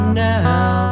now